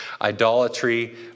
Idolatry